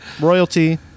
royalty